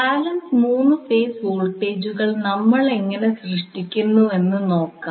balance 3 phase വോൾട്ടേജുകൾ നമ്മൾ എങ്ങനെ സൃഷ്ടിക്കുന്നുവെന്ന് നോക്കാം